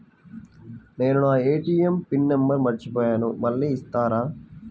నేను నా ATM pin number మర్చిపోయాను మళ్ళీ ఇస్తారా?